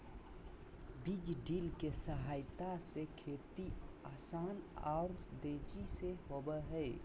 बीज ड्रिल के सहायता से खेती आसान आर तेजी से होबई हई